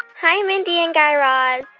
hi, mindy and guy raz.